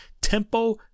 Tempo